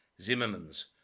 Zimmerman's